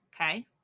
Okay